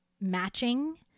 matching